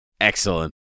excellent